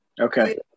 Okay